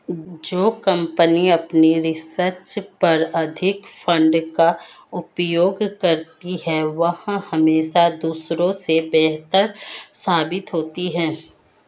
जो कंपनी अपने रिसर्च पर अधिक फंड का उपयोग करती है वह हमेशा दूसरों से बेहतर साबित होती है